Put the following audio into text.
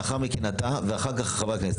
לאחר מכן אתה ואחר כך חברי הכנסת.